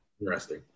Interesting